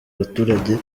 abaturage